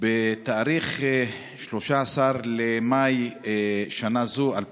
בתאריך 13 במאי שנה זו, 2020,